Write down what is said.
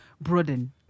broaden